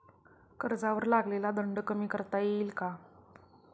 कर्जावर लागलेला दंड कमी करता येईल का?